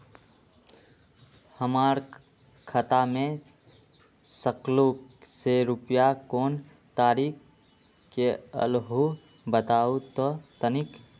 हमर खाता में सकलू से रूपया कोन तारीक के अलऊह बताहु त तनिक?